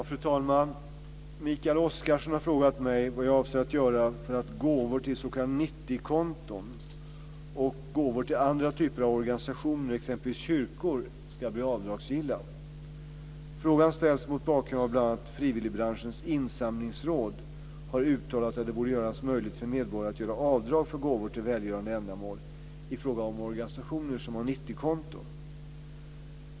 Fru talman! Mikael Oscarsson har frågat mig vad jag avser att göra för att gåvor till s.k. 90-konton och gåvor till andra typer av organisationer, exempelvis kyrkor, ska bli avdragsgilla. Frågan ställs mot bakgrund bl.a. av att frivilligbranschens insamlingsråd, FRII, har uttalat att det borde göras möjligt för medborgare att göra avdrag för gåvor till välgörande ändamål i fråga om organisationer som har 90-konton.